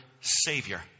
savior